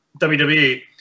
WWE